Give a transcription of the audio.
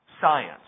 science